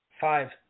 Five